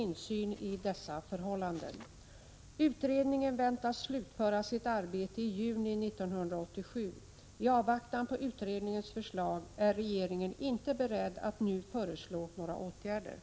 Det är av största vikt att det inte finns grogrund för misstankar att läkarna har sådana ekonomiska förbindelser med läkemedelsindustrin att deras objektivitet vid förskrivning av läkemedel kan sättas i fråga”.